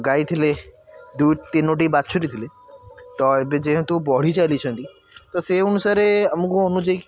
ଗାଈ ଥିଲେ ଦୁଇ ତିନୋଟି ବାଛୁରୀ ଥିଲେ ତ ଏବେ ଯେହେତୁ ବଢ଼ି ଚାଲିଛନ୍ତି ତ ସେହି ଅନୁସାରେ ଆମକୁ ଅନୁଯାୟୀ